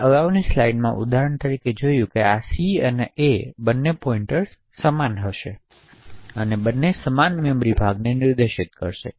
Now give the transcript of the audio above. આપણે અગાઉની સ્લાઇડમાં ઉદાહરણ તરીકે જોયું છે આ સી અને એ પોઇંટર્સ હશે જે સમાન મેમરી ભાગને નિર્દેશ કરે છે